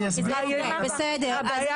אנחנו